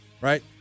right